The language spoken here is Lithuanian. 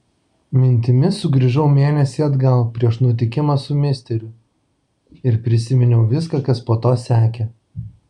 mintimis sugrįžau mėnesį atgal prieš nutikimą su misteriu ir prisiminiau viską kas po to sekė